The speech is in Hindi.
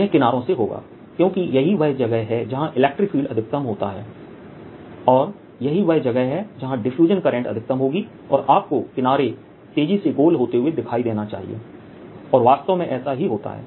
यह किनारों से होगा क्योंकि यही वह जगह है जहां इलेक्ट्रिक फील्ड अधिकतम होता है और यही वह जगह है जहां डिफ्यूजन करंट अधिकतम होगी और आपको किनारे तेजी से गोल होते हुए दिखाई देना चाहिए और वास्तव में ऐसा ही होता है